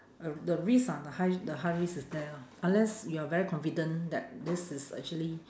uh the risk ah the high the high risk is there lor unless you are very confident that this is actually